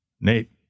nate